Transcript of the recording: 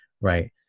right